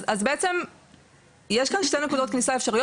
אז בעצם יש כאן שתי נקודות כניסה אפשריות